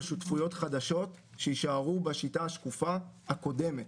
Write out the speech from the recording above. שותפויות חדשות שיישארו בשיטה השקופה הקודמת,